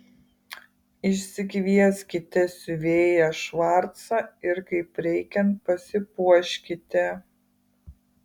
išsikvieskite siuvėją švarcą ir kaip reikiant pasipuoškite